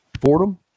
Fordham